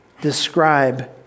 describe